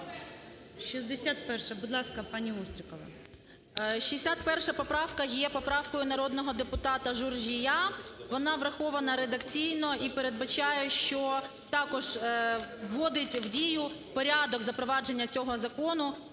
61 поправка є поправкою народного депутата Журжія. Вона врахована редакційно, і передбачає, що також вводить в дію порядок запровадження цього закону.